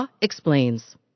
explains